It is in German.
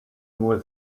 nur